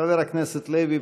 חבר הכנסת לוי,